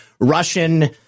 Russian